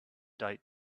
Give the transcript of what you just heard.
date